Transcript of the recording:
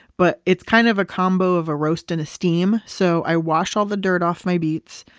but it's kind of a combo of a roast and a steam. so i wash all the dirt off my beets,